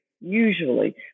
usually